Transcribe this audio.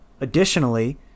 Additionally